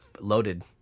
loaded